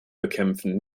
bekämpfen